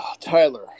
Tyler